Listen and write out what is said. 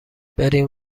بریم